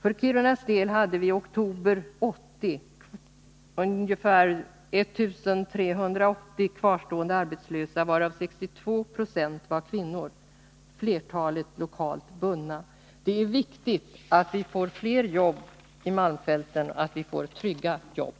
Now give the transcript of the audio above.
För Kirunas del hade vi i oktober 1980 ungefär 1380 kvarstående arbetslösa, varav 62 Jo var kvinnor, flertalet lokalt bundna. Det är viktigt att vi får fler jobb i malmfälten och att vi får trygga jobb!